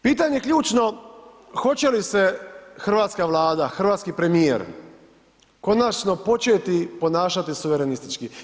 Pitanje ključno, hoće li se hrvatska Vlada, hrvatski premijer konačno početi ponašati suverenistički?